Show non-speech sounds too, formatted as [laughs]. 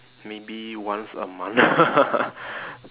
maybe once a month [laughs]